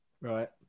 Right